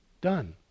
done